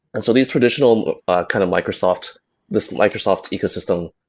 and so these traditional kind of microsoft this microsoft ecosystem,